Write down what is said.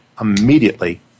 immediately